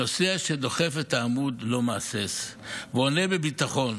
הנוסע שדוחף את העמוד לא מהסס ועונה בביטחון